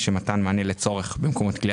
למה ביטלתם את שפיר לחרדים?